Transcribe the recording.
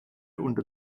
unter